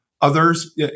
Others